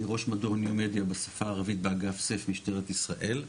אני ראש מדור ניו-מדיה בשפה הערבית באגף סיף משטרת ישראל.